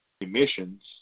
emissions